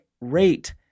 rate